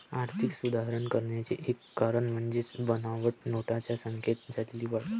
आर्थिक सुधारणा करण्याचे एक कारण म्हणजे बनावट नोटांच्या संख्येत झालेली वाढ